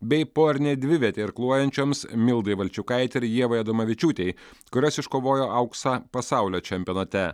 bei porinę dvivietę irkluojančioms mildai valčiukaitei ir ievai adomavičiūtei kurios iškovojo auksą pasaulio čempionate